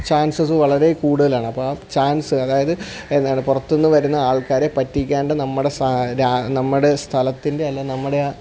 chances വളരെ കൂടുതലാണ് അപ്പം ചാൻസ് അതായത് എന്താണ് പുറത്തു നിന്നു വരുന്ന ആൾക്കാരെ പറ്റിക്കാണ്ട് നമ്മുടെ സാ രാ നമ്മുടെ സ്ഥലത്തിന്റെ അല്ലാ നമ്മുടെ